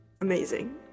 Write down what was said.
amazing